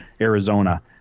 Arizona